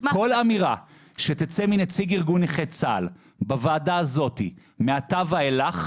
כל אמירה שתצא מנציג ארגון נכי צה"ל בוועדה הזאת מעתה ואילך,